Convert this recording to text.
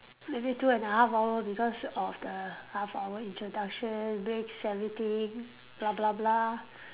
maybe two and a half hour because of the half hour introduction breaks everything blah blah blah